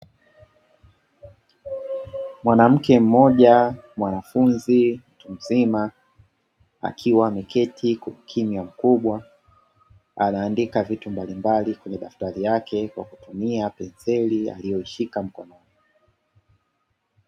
Mwanamke mmoja mwanafunzi mtu mzima, akiwa ameketi kwa ukimya mkubwa anaandika vitu mbalimbali, kwenye daftari lake kwa kutumia panseli aliyoishika mkononi.